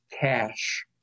cash